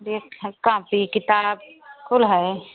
देख हाँ कापी किताब कुल है